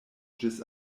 ĝis